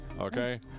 Okay